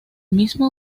mismo